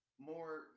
more